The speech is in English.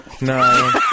No